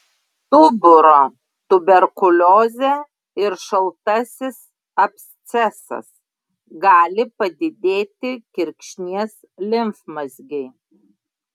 stuburo tuberkuliozė ir šaltasis abscesas gali padidėti kirkšnies limfmazgiai